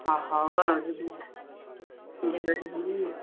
ହ ହଉ ଆଉ ଯିବାତ ଦିଦି